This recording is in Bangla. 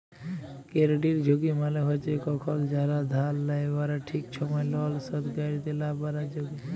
কেরডিট ঝুঁকি মালে হছে কখল যারা ধার লেয় উয়ারা ঠিক ছময় লল শধ ক্যইরতে লা পারার ঝুঁকি